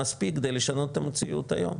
מספיק כדי לשנות את המציאות היום.